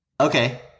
Okay